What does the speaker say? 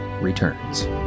returns